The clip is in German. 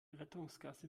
rettungsgasse